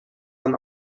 and